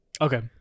okay